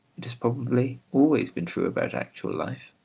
it has probably always been true about actual life.